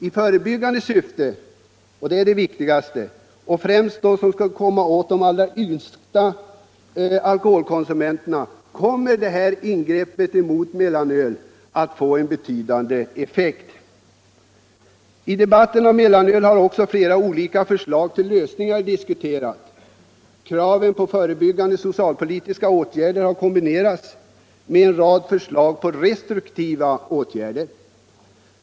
I förebyggande syfte — som är det viktigaste — och främst bland de allra yngsta alkoholkonsumenterna kommer dock ingrepp mot mellanölet att få en betydande effekt. I debatten om mellanölet har flera olika förslag till lösningar diskuterats. Krav på förebyggande socialpolitiska åtgärder har kombinerats med en rad förslag till restriktiva åtgärder.